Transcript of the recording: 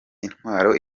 intwaro